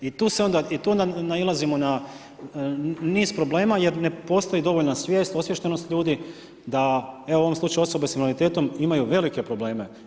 I tu onda nailazimo na niz problema jer ne postoji dovoljna svijest, osviještenost ljudi da evo u ovom slučaju osobe s invaliditetom imaju velike probleme.